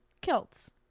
Kilts